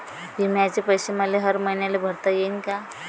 बिम्याचे पैसे मले हर मईन्याले भरता येईन का?